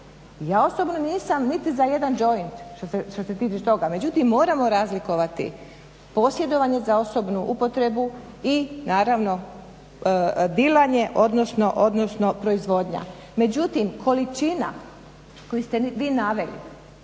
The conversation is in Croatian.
Ja osobno nisam niti za jedan joint što se tiče toga. Međutim, moramo razlikovati posjedovanje za osobnu upotrebu i naravno dilanje odnosno proizvodnja. Međutim, količina koju ste vi naveli,